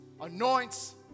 anoints